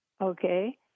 Okay